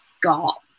Got